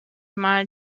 mal